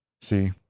See